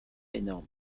énorme